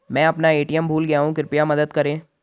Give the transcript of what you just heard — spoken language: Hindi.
मैं अपना ए.टी.एम भूल गया हूँ, कृपया मदद करें